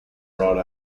brought